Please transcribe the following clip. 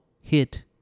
hit